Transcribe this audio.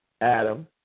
Adam